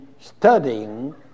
studying